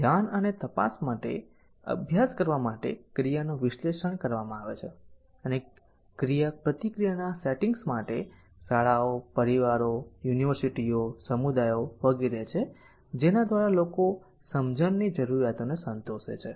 ધ્યાન અને તપાસ માટે અભ્યાસ કરવા માટે ક્રિયાનું વિશ્લેષણ કરવામાં આવે છે અને ક્રિયાપ્રતિક્રિયા ના સેટિંગ્સ માટે શાળાઓ પરિવારો યુનિવર્સિટીઓ સમુદાયો વગેરે છે જેના દ્વારા લોકો સમજણની જરૂરિયાતને સંતોષે છે